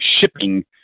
shipping